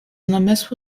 namysłu